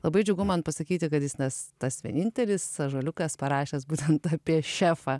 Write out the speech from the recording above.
labai džiugu man pasakyti kad jis nes tas vienintelis ąžuoliukas parašęs būtent apie šefą